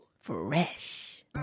Fresh